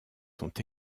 sont